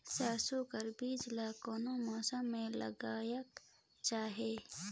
सरसो कर बिहान ला कोन मौसम मे लगायेक चाही?